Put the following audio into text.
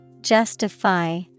Justify